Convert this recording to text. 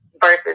versus